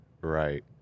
Right